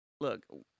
Look